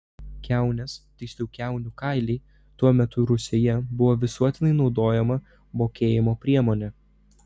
kiaunės tiksliau kiaunių kailiai tuo metu rusioje buvo visuotinai naudojama mokėjimo priemonė